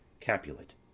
Capulet